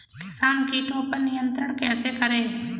किसान कीटो पर नियंत्रण कैसे करें?